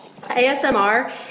ASMR